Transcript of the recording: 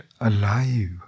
alive